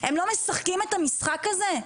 לא משחקים את המשחק הזה,